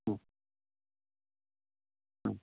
ആ ആ